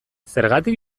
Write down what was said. zergatik